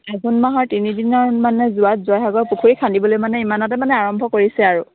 আঘোণ মাহৰ তিনিদিনৰ মানে যোৱাত জয়সাগৰ পুখুৰী খানদিবলৈ মানে ইমানতে মানে আৰম্ভ কৰিছে আৰু